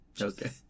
Okay